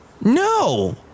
No